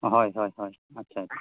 ᱦᱚᱭ ᱦᱚᱭ ᱦᱚᱭ ᱟᱪᱪᱷᱟ